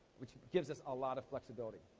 which gives us a lot of flexibility.